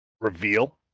reveal